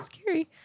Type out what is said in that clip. Scary